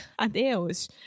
adeus